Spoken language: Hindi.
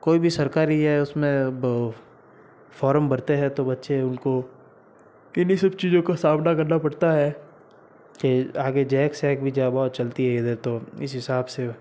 कोई भी सरकारी है उसमें फॉर्म भरते हैं तो बच्चे उनको इन्ही सब चीज़ों का सामना करना पड़ता है कि आगे जैक सेक भी जावा चलती है इधर तो इस हिसाब से